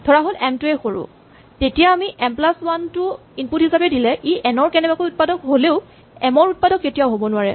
ধৰাহ'ল এম টোৱেই সৰু তেতিয়া আমি এম প্লাচ ৱান টো ইনপুট হিচাপে দিলে ই এন ৰ উৎপাদক কেনেবাকৈ হ'লেও এম ৰ উৎপাদক কেতিয়াও হ'ব নোৱাৰে